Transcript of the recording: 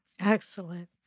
Excellent